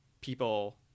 people